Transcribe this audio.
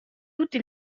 tutti